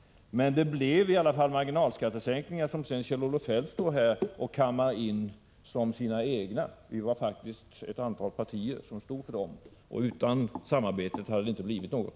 Men det blev i alla fall marginalskattesänkningar, som sedan Kjell-Olof Feldt här nämner som sina egna. Vi var faktiskt ett antal partier som stod för dem. Utan samarbetet hade det knappast blivit något.